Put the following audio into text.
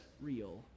real